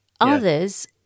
others